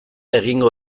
egingo